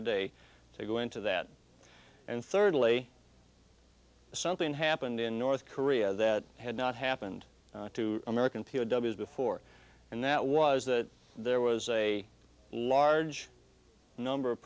today to go into that and thirdly something happened in north korea that had not happened to american p o w before and that was that there was a large number of